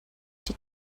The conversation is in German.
die